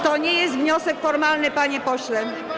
To nie jest wniosek formalny, panie pośle.